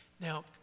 Now